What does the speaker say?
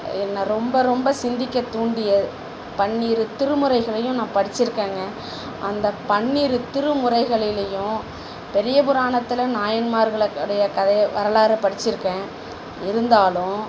என்ன ரொம்ப ரொம்ப சிந்திக்க தூண்டிய பன்னிரு திருமுறைகளையும் நான் படிச்சுருக்கேங்க அந்த பன்னிரு திருமுறைகளிலேயும் பெரியப் புராணத்தில் நாயன்மார்கள உடைய கதையை வரலாறை படிச்சுருக்கேன் இருந்தாலும்